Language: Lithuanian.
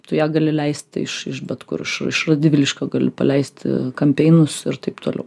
tu ją gali leisti iš iš bet kur iš radviliškio gali paleisti kampeinus ir taip toliau